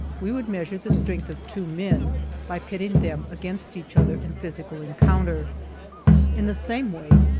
we would measure the strength of two men by pitting them against each other in physical encounter in the same way,